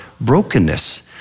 brokenness